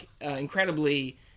incredibly